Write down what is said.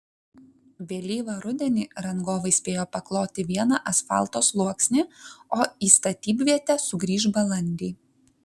vėlyvą rudenį rangovai spėjo pakloti vieną asfalto sluoksnį o į statybvietę sugrįš balandį